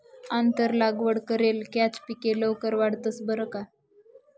आंतर लागवड करेल कॅच पिके लवकर वाढतंस बरं का